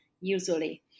usually